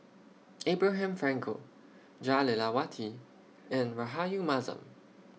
Abraham Frankel Jah Lelawati and Rahayu Mahzam